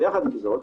יחד עם זאת,